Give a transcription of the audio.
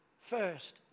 first